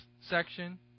section